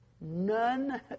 none